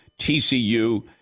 TCU